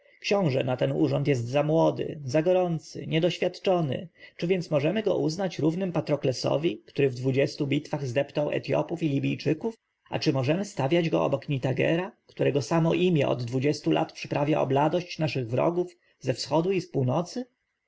książę na ten urząd jest za młody za gorący niedoświadczony czy więc możemy uznać go równym patroklesowi który w dwudziestu bitwach zdeptał etjopów i libijczyków a czy możemy stawiać go obok nitagera którego samo imię od dwudziestu lat przyprawia o bladość naszych wrogów ze wschodu i północy